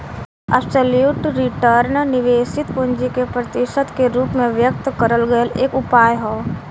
absolute return निवेशित पूंजी के प्रतिशत के रूप में व्यक्त करल गयल एक उपाय हौ